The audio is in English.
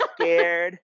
scared